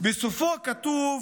ובסופו כתוב